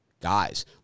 guys